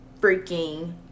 freaking